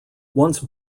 once